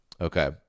Okay